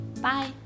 Bye